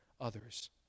others